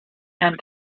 and